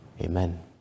amen